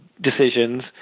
decisions